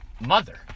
mother